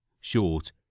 short